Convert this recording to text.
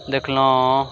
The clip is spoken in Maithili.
देखलहुँ